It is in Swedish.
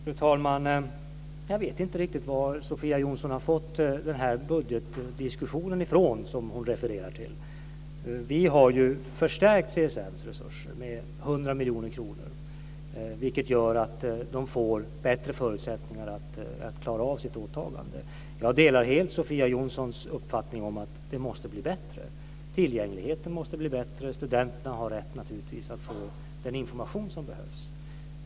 Fru talman! Jag vet inte riktigt varifrån Sofia Jonsson har fått den budgetdiskussion som hon refererar till. Vi har förstärkt CSN:s resurser med 100 miljoner kronor, vilket gör att CSN får bättre förutsättningar att klara sitt åtagande. Jag delar helt Sofia Jonssons uppfattning att det måste bli bättre. Tillgängligheten måste bli bättre. Studenterna har naturligtvis rätt att få den information som behövs.